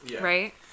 right